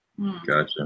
Gotcha